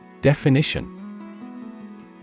Definition